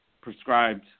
prescribed